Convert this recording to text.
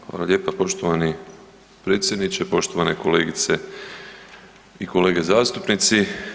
Hvala lijepa, poštovani predsjedniče, poštovane kolegice i kolege zastupnici.